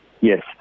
Yes